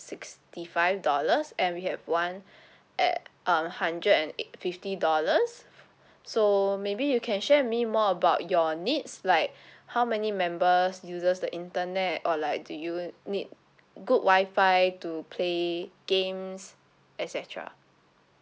sixty five dollars and we have one at um hundred and ei~ fifty dollars so maybe you can share with me more about your needs like how many members uses the internet or like do you need good wi-fi to play games et cetera